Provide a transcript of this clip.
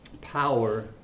power